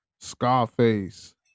Scarface